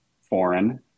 foreign